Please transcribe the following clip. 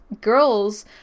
girls